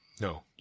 No